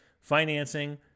financing